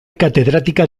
catedrática